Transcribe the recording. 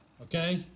okay